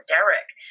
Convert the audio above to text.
Derek